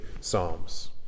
psalms